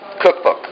Cookbook